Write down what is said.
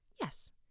Yes